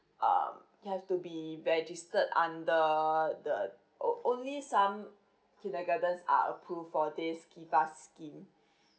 um you have to be registered under the on~ only some kindergartens are approved for this KiFAS scheme